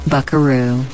Buckaroo